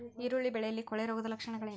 ಈರುಳ್ಳಿ ಬೆಳೆಯಲ್ಲಿ ಕೊಳೆರೋಗದ ಲಕ್ಷಣಗಳೇನು?